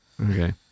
Okay